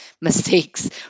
mistakes